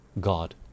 God